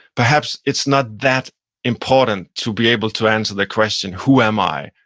perhaps it's not that important to be able to answer the question, who am i,